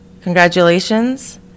congratulations